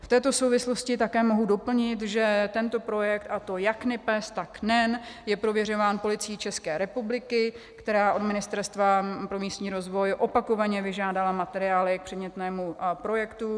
V této souvislosti také mohu doplnit, že tento projekt, a to jak NIPEZ, tak NEN, je prověřován Policií České republiky, která si od Ministerstva pro místní rozvoj opakovaně vyžádala materiály k předmětnému projektu.